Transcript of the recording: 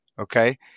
Okay